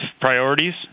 priorities